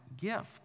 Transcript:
gift